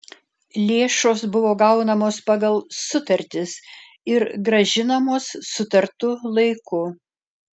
lėšos buvo gaunamos pagal sutartis ir grąžinamos sutartu laiku